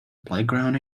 playground